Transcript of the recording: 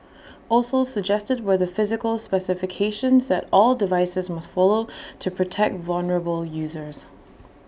also suggested were the physical specifications that all devices must follow to protect vulnerable users